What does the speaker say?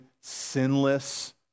sinless